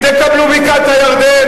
תקבלו בקעת-הירדן,